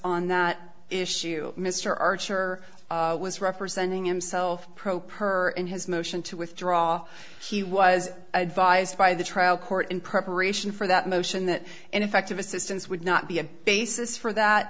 on that issue mr archer was representing himself pro per in his motion to withdraw he was advised by the trial court in preparation for that motion that ineffective assistance would not be a basis for that